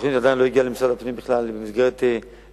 התוכנית עדיין לא הגיעה למשרד הפנים בכלל במסגרת עירונית.